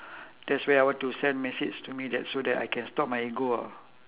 that's where I want to send message to me that so that I can stop my ego ah